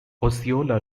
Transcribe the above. osceola